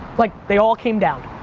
like they all came down.